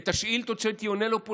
את השאילתות שהייתי עונה לו פה,